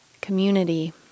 community